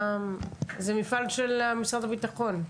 זה מפעל של משרד הביטחון.